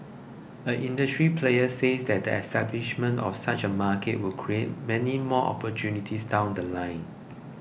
an industry player said that the establishment of such a market would create many more opportunities down The Line